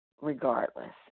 regardless